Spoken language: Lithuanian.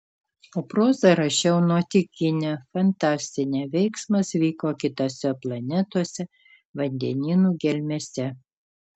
o prozą rašiau nuotykinę fantastinę veiksmas vyko kitose planetose vandenynų gelmėse